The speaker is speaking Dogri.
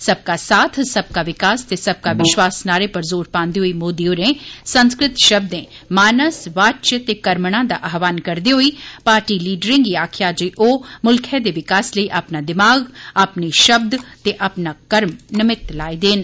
सबका साथ सबका विकास ते सबका विश्वास नारे पर जोर पांदे होई मोदी होरें संस्कृत शब्दें मानस वाच्य ते कर्मणा दा आहवान करदे होई पार्टी लीडरें गी आक्खेया जे ओ मुल्खै दे विकास लेई अपना दिमाग अपने शब्द ते अपना कर्म निमित लाई देन